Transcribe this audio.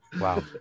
Wow